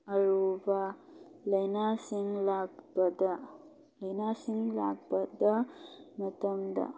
ꯑꯔꯨꯕ ꯂꯩꯅꯥꯁꯤꯡ ꯂꯥꯛꯄꯗ ꯂꯩꯅꯥꯁꯤꯡ ꯂꯥꯛꯄꯗ ꯃꯇꯝꯗ